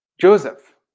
Joseph